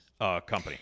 company